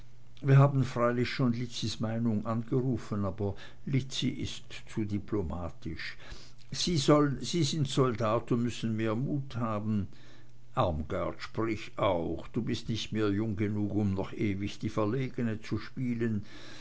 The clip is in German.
wir haben freilich schon lizzis meinung angerufen aber lizzi ist zu diplomatisch sie sind soldat und müssen mehr mut haben armgard sprich auch du bist nicht mehr jung genug um noch ewig die verlegene zu spielen